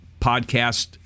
podcast